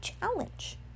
challenge